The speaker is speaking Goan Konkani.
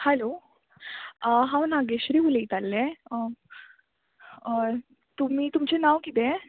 हॅलो हांव नागेश्री उलयतालें हय तुमी तुमचें नांव किदें